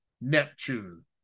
Neptune